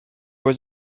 was